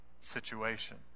situation